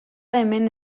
hemen